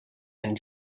and